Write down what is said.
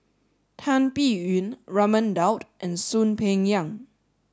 Tan Biyun Raman Daud and Soon Peng Yam